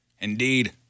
Indeed